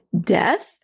death